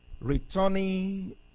returning